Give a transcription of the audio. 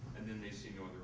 and then they see no